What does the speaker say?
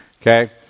okay